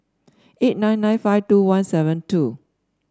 eight nine nine five two one seven two